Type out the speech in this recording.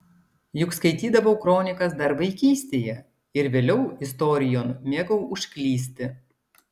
juk skaitydavau kronikas dar vaikystėje ir vėliau istorijon mėgau užklysti